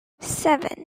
seven